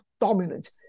dominant